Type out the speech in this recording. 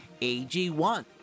ag1